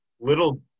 little